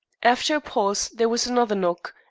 after a pause, there was another knock,